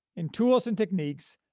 in tools and techniques,